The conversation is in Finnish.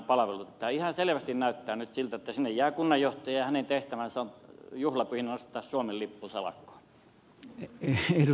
tämä ihan selvästi näyttää nyt siltä että sinne jää kunnanjohtaja ja hänen tehtävänsä on juhlapyhinä nostaa suomen lippu salkoon